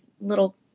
little